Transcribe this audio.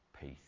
peace